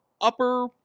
upper